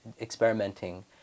experimenting